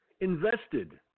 invested